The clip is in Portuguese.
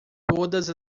todas